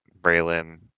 Braylon